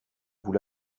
vous